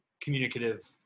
communicative